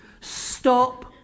Stop